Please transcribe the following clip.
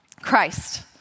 Christ